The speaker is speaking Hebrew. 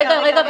רגע, רגע.